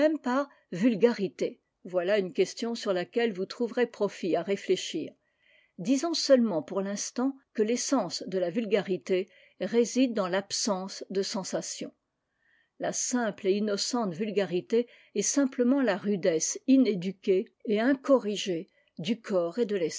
vulgarité voilà une question sur laquelle vous trouverez profit à rénëchir disons seulement pour l'instant que l'essence de la vulgarité réside dans l'absence de sensations la simple et innocente vulgarité est simplement la rudesse inéduquée et incorrigée du corps et de